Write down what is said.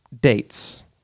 dates